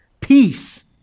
Peace